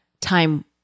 time